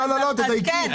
לא לא, תדייקי.